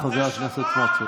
בבקשה, חבר הכנסת סמוטריץ'.